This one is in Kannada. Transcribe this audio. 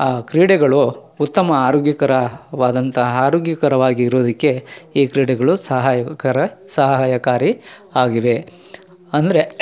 ಆ ಕ್ರೀಡೆಗಳು ಉತ್ತಮ ಆರೋಗ್ಯಕರವಾದಂಥ ಆರೋಗ್ಯಕರವಾಗಿರೋದಕ್ಕೆ ಈ ಕ್ರೀಡೆಗಳು ಸಹಾಯಕರ ಸಹಾಯಕಾರಿ ಆಗಿವೆ ಅಂದರೆ